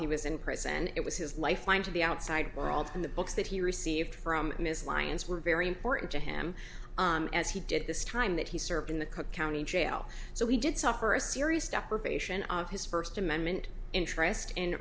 he was in prison and it was his lifeline to the outside world from the books that he received from ms lyons were very important to him as he did this time that he served in the cook county jail so he did suffer a serious deprivation of his first amendment interest